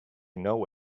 know